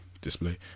display